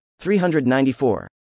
394